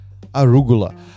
arugula